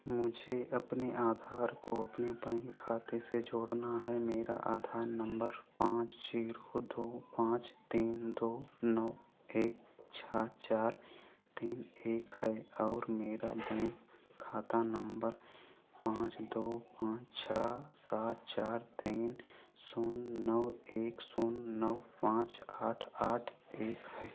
मुझे अपने आधार को अपने पइन खाते से जोड़ना है मेरा आधार नम्बर पाँच ज़ीरो दो पाँच तीन दो नौ एक छः चार तीन एक है और मेरा बैंक खाता नम्बर पाँच दो पाँच छः सात चार तीन शून्य नौ एक शून्य नौ पाँच आठ आठ एक है